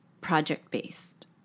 project-based